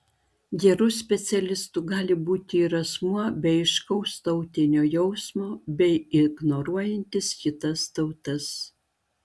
geru specialistu gali būti ir asmuo be aiškaus tautinio jausmo bei ignoruojantis kitas tautas